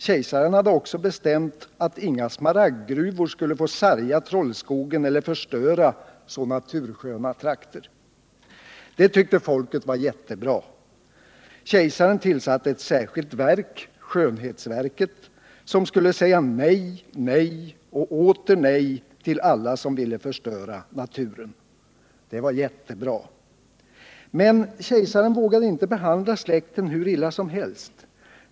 Kejsaren hade också bestämt att inga smaragdgruvor skulle få sarga trollskogen eller förstöra så natursköna trakter. Det tyckte folket var jättebra. Kejsaren tillsatte ett särskilt verk, Skönhetsverket, som skulle säga nej! nej! och åter nej! till alla som ville förstöra naturen. Det var jättebra. Men Kejsaren vågade inte behandla släkten hur illa som helst.